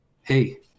hey